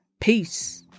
Peace